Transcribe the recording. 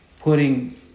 putting